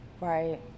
Right